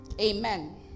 Amen